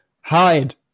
hide